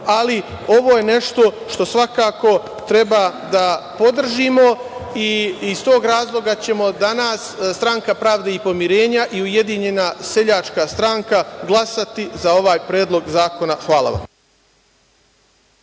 je nešto što svakako treba da podržimo i iz tog razloga ćemo danas, stranka Pravde i pomirenja i Ujedinjena seljačka stranka, glasati za ovaj Predlog zakona. Hvala.